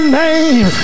name